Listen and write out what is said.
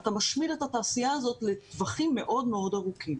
אתה משמיד את התעשייה הזאת לטווחים מאוד מאוד ארוכים.